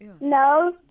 No